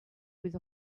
with